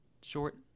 Short